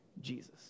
Jesus